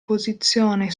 posizione